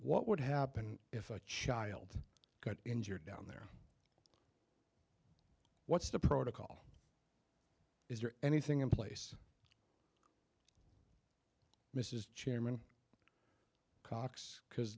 what would happen if a child got injured down there what's the protocol is there anything in place mrs chairman cox because